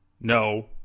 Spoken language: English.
no